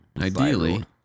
Ideally